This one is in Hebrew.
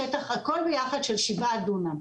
הכול ביחד בשטח של שבעה דונם.